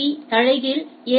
B தலைகீழ் எ